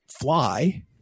fly